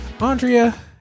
Andrea